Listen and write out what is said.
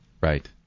Right